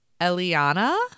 Eliana